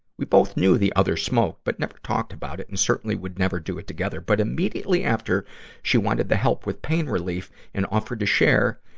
we both knew the other smoked, but never talked about it and certainly would never do it together, but immediately after she wanted the help with pain relief and offered to share,